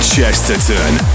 Chesterton